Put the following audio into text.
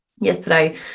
yesterday